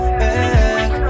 back